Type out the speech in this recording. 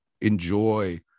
enjoy